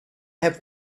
have